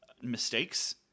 mistakes